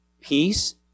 Peace